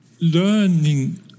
learning